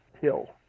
hill